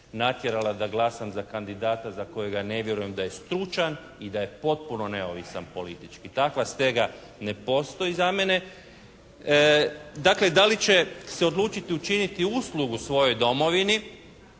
natjerala da glasam za kandidata za kojega ne vjerujem da je stručan i da je potpuno neovisan politički. Takva stega ne postoji za mene. Dakle, da li će se odlučiti učiniti uslugu svojoj domovini